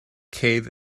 cave